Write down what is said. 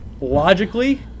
logically